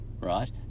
right